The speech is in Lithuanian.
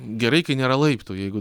gerai kai nėra laiptų jeigu